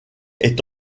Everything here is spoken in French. est